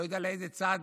אני לא יודע באיזה צד